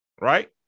right